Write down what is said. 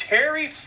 Terry